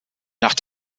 nach